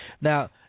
Now